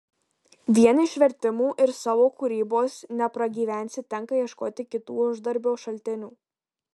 vien iš vertimų ir savo kūrybos nepragyvensi tenka ieškoti kitų uždarbio šaltinių